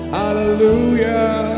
hallelujah